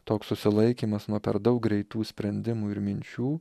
toks susilaikymas nuo per daug greitų sprendimų ir minčių